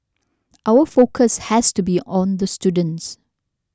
our focus has to be on the students